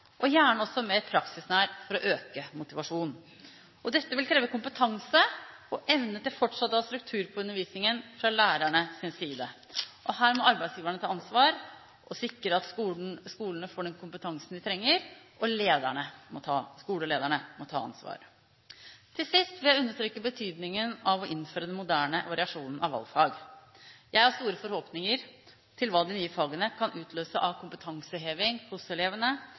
og gjerne også bli mer praksisnær for å øke motivasjonen. Dette vil kreve kompetanse og evne til fortsatt å ha struktur på undervisningen fra lærernes side. Her må arbeidsgiverne ta ansvar og sikre at skolene får den kompetansen de trenger, og skolelederne må ta ansvar. Til sist vil jeg understreke betydningen av å innføre den moderne variasjonen av valgfag. Jeg har store forhåpninger til hva de nye fagene kan utløse av kompetanseheving hos elevene,